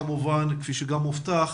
כפי שגם הובטח,